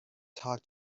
talk